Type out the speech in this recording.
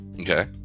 Okay